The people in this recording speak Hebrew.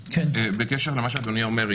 בקשר למה שאדוני אומר,